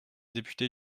députés